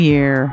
Year